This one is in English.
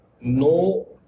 no